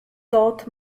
taught